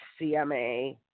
CMA